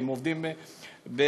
הם עובדים בבתי-מרקחת,